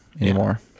anymore